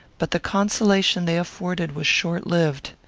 but the consolation they afforded was short-lived.